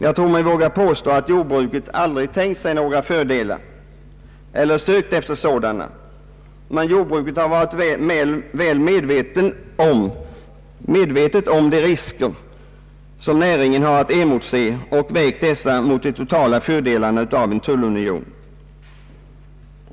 Jag tror mig våga påstå att jordbruket aldrig har tänkt sig några fördelar eller sökt efter sådana. Men jordbruket har varit väl medvetet om de risker som näringen har att emotse och har vägt dessa mot de totala fördelarna av en tullunion.